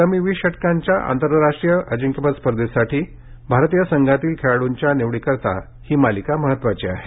आगामी वीस षटकांच्या आंतरराष्ट्रीय अजिंक्यपद स्पर्धेसाठी भारतीय संघातील खेळाडूंच्या निवडीसाठी ही मालिका महत्त्वाची आहे